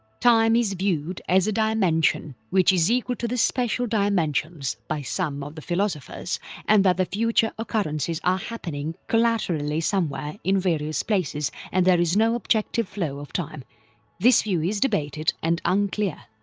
time is viewed as a dimension which is equal to the special dimensions, by some of the philosophers and that the future occurrences are happening co-laterally somewhere in various places and there is no objective flow of time this view is debated and unclear.